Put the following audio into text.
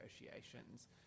negotiations